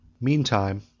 Meantime